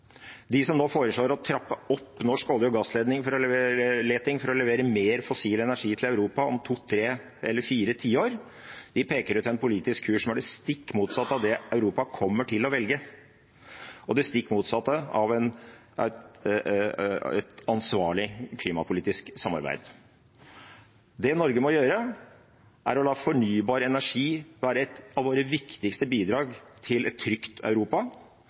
De som nå foreslår å trappe opp norsk olje- og gassleting for å levere mer fossil energi til Europa om to, tre eller fire tiår, peker ut en politisk kurs som er det stikk motsatte av det Europa kommer til å velge. Det er det stikk motsatte av et ansvarlig klimapolitisk samarbeid. Det Norge må gjøre, er å la fornybar energi være et av våre viktigste bidrag til et trygt Europa.